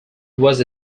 was